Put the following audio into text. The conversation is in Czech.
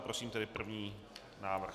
Prosím tedy první návrh.